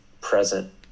present